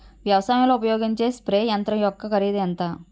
వ్యవసాయం లో ఉపయోగించే స్ప్రే యంత్రం యెక్క కరిదు ఎంత?